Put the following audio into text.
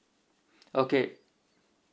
okay